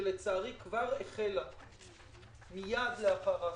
שלצערי כבר החלה מייד לאחר האסון.